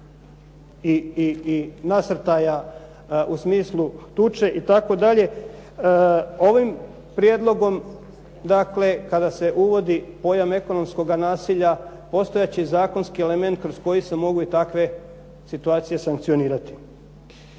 i nasrtaja u smislu tuče itd. Ovim prijedlogom dakle kada se uvodi pojam ekonomskoga nasilja postojat će i zakonski elementi kroz koje se mogu i takve situacije sankcionirati.